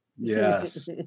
Yes